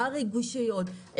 מה הרגישויות,